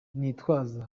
nitwaza